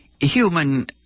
human